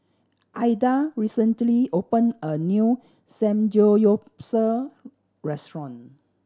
Aida recently opened a new Samgeyopsal restaurant